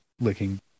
licking